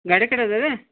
ಗಾಡಿ